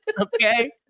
Okay